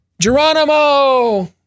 Geronimo